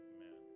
Amen